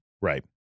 Right